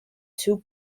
two